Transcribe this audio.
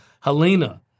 Helena